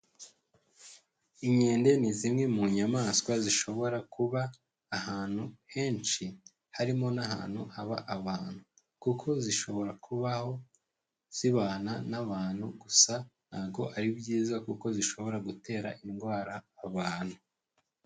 Inkende ni zimwe mu nyamaswa zishobora kuba ahantu henshi harimo n'ahantu haba abantu, kuko zishobora kubaho zibana n'abantu gusa ntago ari byiza kuko zishobora gutera indwara abantu.